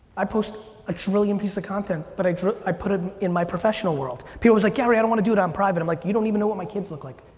i post a trillion piece of content but i i put it in my professional world. people was like, gary, i don't wanna do that, i'm private. i'm like, you don't even know what my kids look like.